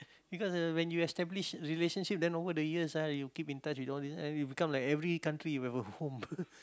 because ah when you establish relationship then over the years ah you will keep in touch with all these become like every country you have a home